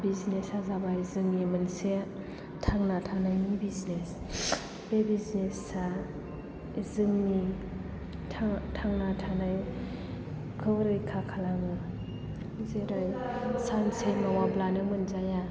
business आ जाबाय जोंनि मोनसे थांना थानायनि बिजनेस बे बिजनेस आ जोंनि थांना थानायखौ रैखा खालामो जेरै सानसे मावाब्लानो मोनजाया